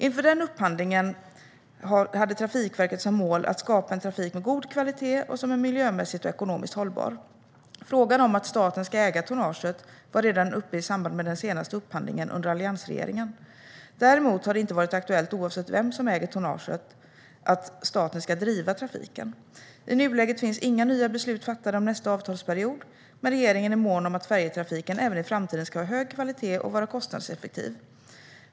Inför den upphandlingen hade Trafikverket som mål att skapa en trafik med god kvalitet och som är miljömässigt och ekonomiskt hållbar. Frågan om att staten ska äga tonnaget var redan uppe i samband med den senaste upphandlingen under alliansregeringen. Däremot har det inte varit aktuellt, oavsett vem som äger tonnaget, att staten ska driva trafiken. I nuläget finns inga nya beslut fattade om nästa avtalsperiod, men regeringen är mån om att färjetrafiken även i framtiden ska ha hög kvalitet och vara kostnadseffektiv.